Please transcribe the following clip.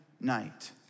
night